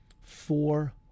four